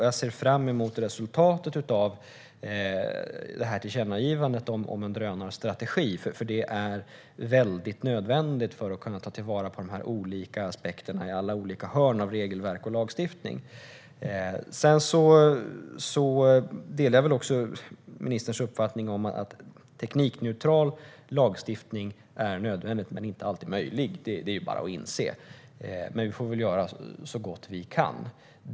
Jag ser fram emot resultatet av tillkännagivandet om en drönarstrategi. Det är nödvändigt för att man ska kunna ta till vara på de olika aspekterna på regelverk och lagstiftning. Sedan delar jag ministerns uppfattning om att teknikneutral lagstiftning är nödvändig, men den är inte alltid möjlig. Det är bara att inse, men vi får väl göra så gott vi kan.